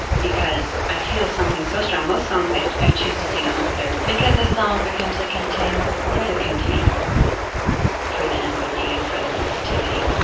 because i feel something so strong. most songs i i choose to sing, unless they're, because a song becomes a container for it? it's a container for the empathy and for the sensitivity.